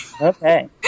Okay